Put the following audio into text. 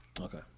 Okay